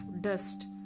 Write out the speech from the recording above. dust